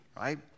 right